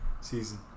season